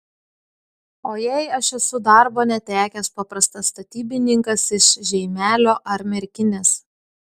o jei aš esu darbo netekęs paprastas statybininkas iš žeimelio ar merkinės